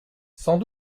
sans